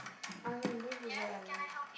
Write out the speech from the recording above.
Anand don't do that Anand